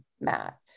Matt